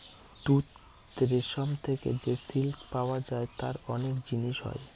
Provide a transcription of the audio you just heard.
তুত রেশম থেকে যে সিল্ক পাওয়া যায় তার অনেক জিনিস হয়